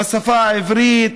בשפה העברית,